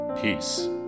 Peace